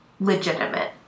legitimate